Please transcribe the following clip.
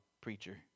preacher